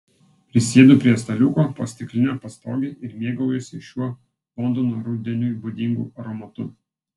prisėdu prie staliuko po stikline pastoge ir mėgaujuosi šiuo londono rudeniui būdingu aromatu